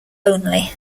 only